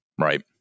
right